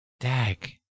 Dag